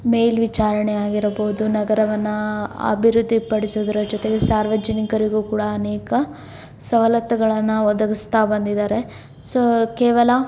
ಮೇಲ್ವಿಚಾರಣೆ ಆಗಿರಬೋದು ನಗರವನ್ನು ಅಭಿವೃದ್ಧಿಪಡಿಸೋದರ ಜೊತೆಗೆ ಸಾರ್ವಜನಿಕರಿಗೂ ಕೂಡ ಅನೇಕ ಸವಲತ್ತುಗಳನ್ನು ಒದಗಿಸ್ತಾ ಬಂದಿದ್ದಾರೆ ಸೋ ಕೇವಲ